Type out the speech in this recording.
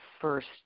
first